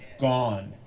gone